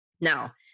Now